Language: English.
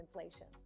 inflation